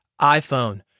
iPhone